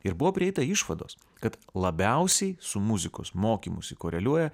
ir buvo prieita išvados kad labiausiai su muzikos mokymusi koreliuoja